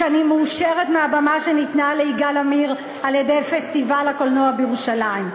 שאני מאושרת מהבמה שניתנה ליגאל עמיר על-ידי פסטיבל הקולנוע בירושלים.